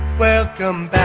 welcome